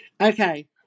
Okay